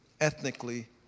ethnically